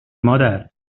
مادر